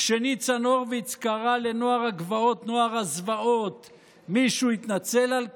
כשניצן הורביץ קרא לנוער הגבעות נוער הזוועות מישהו התנצל על כך?